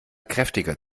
kräftiger